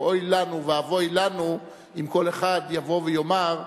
ואוי לנו ואבוי לנו אם כל אחד יבוא ויאמר,